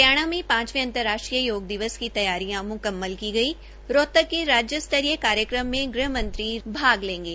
हरियाणा में पांचवें अंतर्राष्ट्रीय योग दिवस की तैयारियां म्कम्मल की गई रोहतक के राज्य स्तरीय कार्यक्रम में ग़हमंत्री अमित शाह भाग लेगें